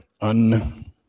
un-